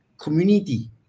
community